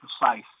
precise